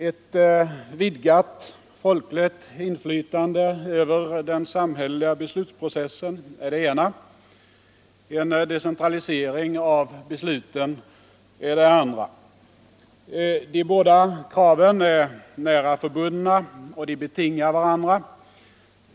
Ett vidgat folkligt inflytande över den samhälleliga beslutsprocessen är det ena, en decentralisering av besluten är det andra. De båda kraven är nära förbundna, och de betingar varandra.